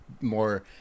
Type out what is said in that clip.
more